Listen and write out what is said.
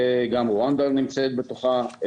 גם רואנדה נמצאת בתוכה.